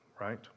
right